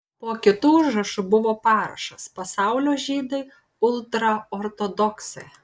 po kitu užrašu buvo parašas pasaulio žydai ultraortodoksai